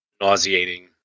nauseating